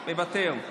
מוותר,